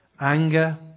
anger